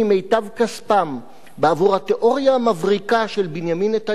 כספם בעבור התיאוריה המבריקה של בנימין נתניהו,